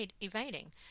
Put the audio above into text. evading